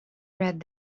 read